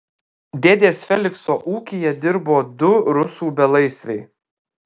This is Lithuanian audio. dėdės felikso ūkyje dirbo du rusų belaisviai